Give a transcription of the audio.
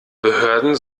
behörden